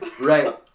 Right